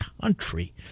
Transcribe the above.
country